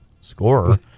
scorer